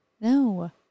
No